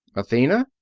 athena?